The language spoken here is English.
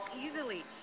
easily